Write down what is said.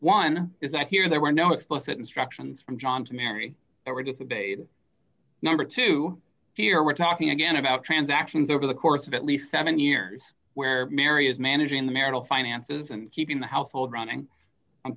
one is that here there were no explicit instructions from john to marry number two here we're talking again about transactions over the course of at least seven years where mary is managing the marital finances and keeping the household running